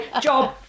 job